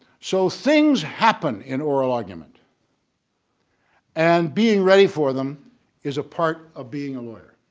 so things happen in oral argument and being ready for them is a part of being a lawyer.